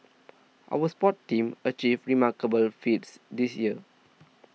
our sports teams have achieved remarkable feats this year